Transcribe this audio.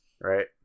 right